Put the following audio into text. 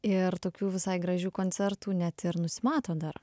ir tokių visai gražių koncertų net ir nusimato dar